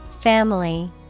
Family